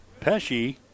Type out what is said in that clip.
Pesci